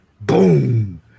boom